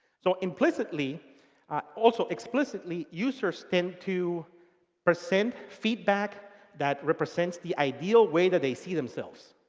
so implicitly also explicitly users tend to present feedback that represents the ideal way that they see themselves.